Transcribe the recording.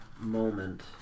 moment